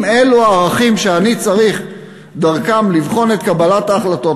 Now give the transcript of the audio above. אם אלו הערכים שאני צריך דרכם לבחון את קבלת ההחלטות,